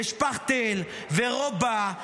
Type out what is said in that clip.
ושפכטל ורובה,